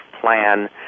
plan